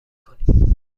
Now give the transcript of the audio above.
کنیم